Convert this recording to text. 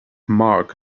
mark